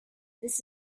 this